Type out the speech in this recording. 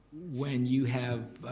when you have,